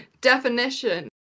definition